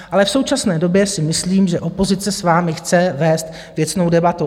Ale v současné době si myslím, že opozice s vámi chce vést věcnou debatu.